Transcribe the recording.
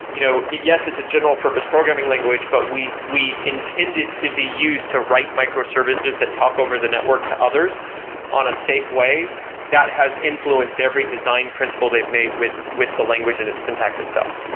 you know yes, it's a general-purpose programming language, but we we intend it to be used to write microservices that talk over the network to others on a safe way that has influenced every design principle they've made with with the language and its syntax itself.